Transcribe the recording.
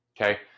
okay